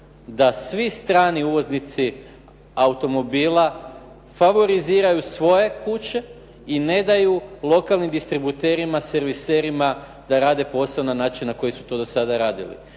da svi strani uvoznici automobila favoriziraju svoje kuće i ne daju lokalnim distributerima, serviserima da rade posao na način na koji su to do sada radili.